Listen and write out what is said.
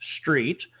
Street